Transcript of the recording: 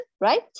right